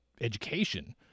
education